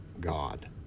God